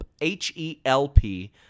H-E-L-P